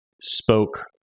spoke